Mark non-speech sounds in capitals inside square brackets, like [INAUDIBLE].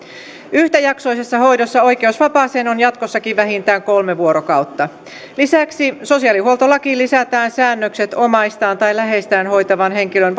yhtäjaksoisessa hoidossa oikeus vapaaseen on jatkossakin vähintään kolme vuorokautta lisäksi sosiaalihuoltolakiin lisätään säännökset omaistaan tai läheistään hoitavan henkilön [UNINTELLIGIBLE]